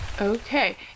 Okay